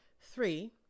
Three